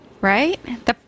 Right